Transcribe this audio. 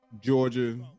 Georgia